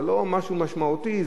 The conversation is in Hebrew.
זה לא משהו משמעותי,